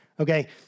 Okay